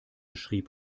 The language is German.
schrieb